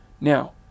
Now